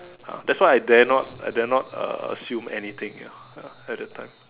ah that's why I dare not I dare not uh assume anything ya ya at that time